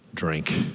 drink